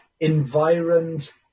environed